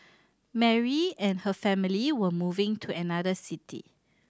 Mary and her family were moving to another city